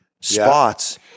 spots